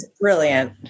Brilliant